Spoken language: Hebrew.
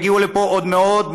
יגיעו לפה עוד מאות,